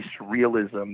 realism